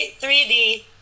3D